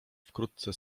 wkrótce